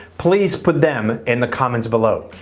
please put them in the comments below.